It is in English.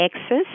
access